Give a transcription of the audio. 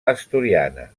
asturiana